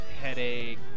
headache